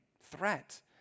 threat